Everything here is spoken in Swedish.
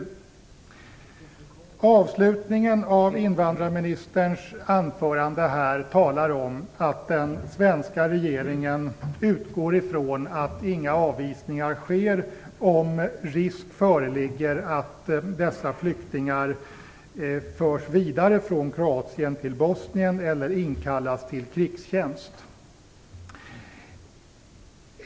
I avslutningen av invandrarministerns anförande talas om att den svenska regeringen utgår ifrån att inga avvisningar sker om risk föreligger att dessa flyktingar förs vidare från Kroatien till Bosnien eller inkallas till krigstjänst.